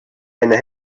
eine